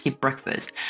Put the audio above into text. breakfast